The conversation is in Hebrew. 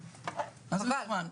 חבל.